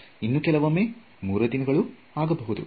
ಇನ್ನು ಕೆಲವೂಮ್ಮೆ ಮೂರು ದಿನಗಳು ಆಗಬಹುದು